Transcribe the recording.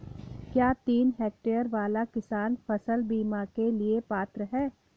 क्या तीन हेक्टेयर वाला किसान फसल बीमा के लिए पात्र हैं?